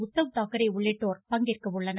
உத்தவ் தாக்கரே உள்ளிட்டோர் பங்கேற்க உள்ளனர்